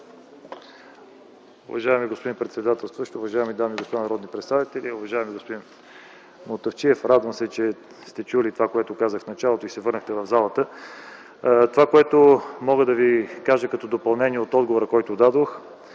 Уважаеми господин председателстващ, уважаеми дами и господа народни представители, уважаеми господин Мутафчиев! Радвам се, че сте чули това, което казах в началото и се върнахте в залата. Това, което мога да Ви кажа като допълнение към отговора, който дадох